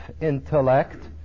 intellect